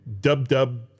dub-dub